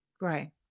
Right